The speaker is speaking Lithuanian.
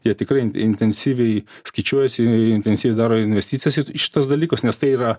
jie tikrai in intensyviai skaičiuojasi intensyviai daro investicijas į šituos dalykus nes tai yra